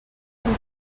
com